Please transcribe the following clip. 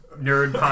nerd